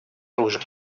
оружия